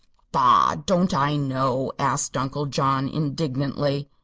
bah! don't i know? asked uncle john, indignantly.